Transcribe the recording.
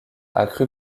accru